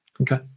Okay